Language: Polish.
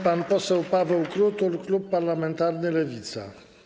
Pan poseł Paweł Krutul, klub parlamentarny Lewica.